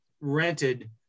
rented